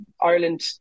Ireland